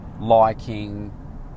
liking